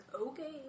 okay